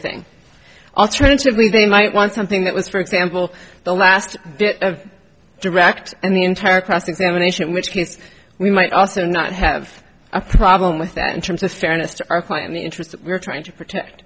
thing alternatively they might want something that was for example the last bit of direct and the entire cross examination which means we might also not have a problem with that in terms of fairness to our client the interest we're trying to protect